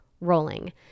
rolling